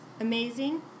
amazing